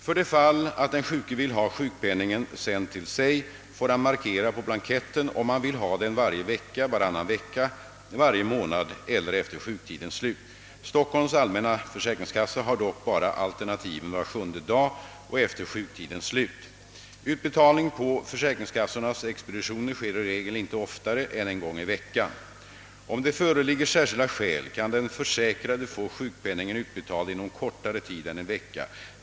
För det fall att den sjuke vill ha sjukpenningen sänd till sig, får han markera på blanketten om han vill ha den varje vecka, varannan vecka, varje månad eller efter sjuktidens slut. Stockholms allmänna försäkringskassa har dock bara alternativen var sjunde dag och efter sjuktidens slut. Utbetalning på försäkringskassornas expeditioner sker i regel inte oftare än en gång i veckan. Om det föreligger särskilda skäl, dan den försäkrade få sjukpenningen utbetalad inom kortare tid än en vecka.